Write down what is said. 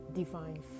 divine